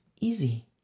easy